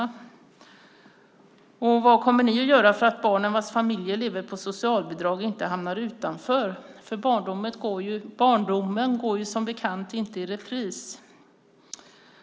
Vad kommer ni i alliansen att göra för att barnen vars familjer lever på socialbidrag inte ska hamna utanför? Barndomen går som bekant inte i repris.